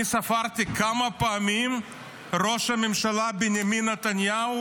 אני ספרתי כמה פעמים ראש הממשלה בנימין נתניהו